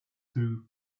through